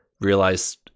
realize